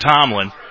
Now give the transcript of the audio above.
Tomlin